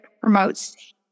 promotes